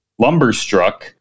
Lumberstruck